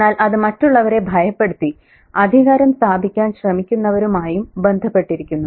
എന്നാൽ അത് മറ്റുള്ളവരെ ഭയപ്പെടുത്തി അധികാരം സ്ഥാപിക്കാൻ ശ്രമിക്കുന്നവരുമായും ബന്ധപ്പെട്ടിരിക്കുന്നു